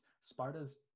Sparta's